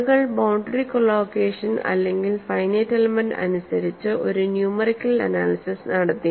ആളുകൾ boundary collocation അല്ലെങ്കിൽ finite element അനുസരിച്ച് ഒരു ന്യൂമെറിക്കൽ അനാലിസിസ് നടത്തി